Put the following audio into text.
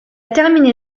terminé